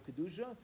kedusha